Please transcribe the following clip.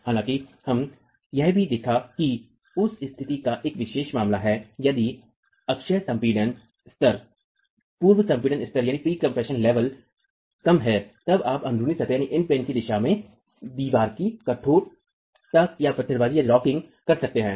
हालांकि हम यह भी देखा कि उस स्थिति का एक विशेष मामला है यदि अक्षीय संपीड़न स्तर पूर्व संपीड़न स्तर कम हैं तब आप अन्ध्रुनी सतह कि दिशा में दीवार की कठोर पत्थरबाजी कर सकते थे